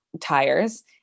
tires